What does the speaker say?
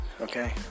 okay